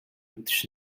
үдэш